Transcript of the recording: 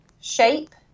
shape